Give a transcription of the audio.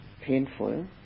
painful